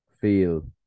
feel